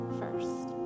first